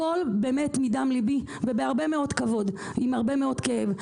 הכול מדם ליבי ובהרבה מאוד כבוד עם הרבה מאוד כאב.